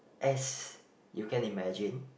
as you can imagine